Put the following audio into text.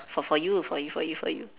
for for you for you for you for you